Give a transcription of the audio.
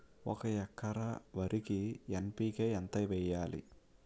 ఒక ఎకర వరికి ఎన్.పి.కే ఎంత వేయాలి?